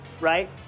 right